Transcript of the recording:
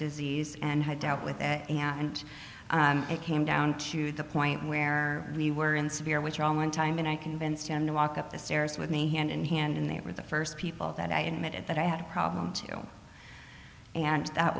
disease and had dealt with it and it came down to the point where we were in severe withdrawal one time and i convinced him to walk up the stairs with me hand in hand and they were the first people that i admitted that i had a problem and that